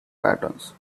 patterns